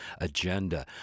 agenda